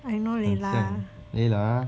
I know layla